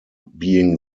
being